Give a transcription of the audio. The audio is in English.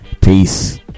Peace